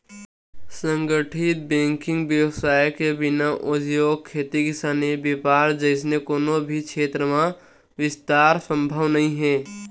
संगठित बेंकिग बेवसाय के बिना उद्योग, खेती किसानी, बेपार जइसे कोनो भी छेत्र म बिस्तार संभव नइ हे